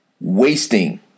Wasting